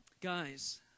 Guys